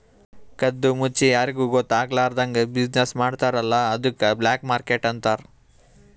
ಕದ್ದು ಮುಚ್ಚಿ ಯಾರಿಗೂ ಗೊತ್ತ ಆಗ್ಲಾರ್ದಂಗ್ ಬಿಸಿನ್ನೆಸ್ ಮಾಡ್ತಾರ ಅಲ್ಲ ಅದ್ದುಕ್ ಬ್ಲ್ಯಾಕ್ ಮಾರ್ಕೆಟ್ ಅಂತಾರ್